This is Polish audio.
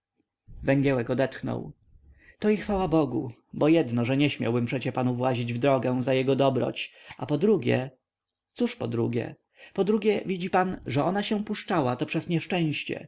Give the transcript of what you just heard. węgielek odetchnął to i chwała bogu bo jedno że nie śmiałbym przecie panu włazić w drogę za jego dobroć a podrugie cóż podrugie podrugie widzi pan że ona się puszczała to przez nieszczęście